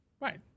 Right